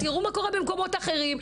תראו מה קורה במקומות אחרים.